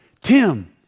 Tim